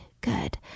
good